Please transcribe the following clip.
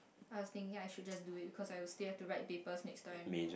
I was thinking I should just do it because I will still have to write papers next time